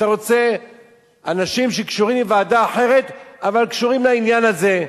אתה רוצה אנשים שקשורים לוועדה אחרת אבל קשורים לעניין הזה.